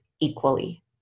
equally